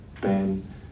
Ben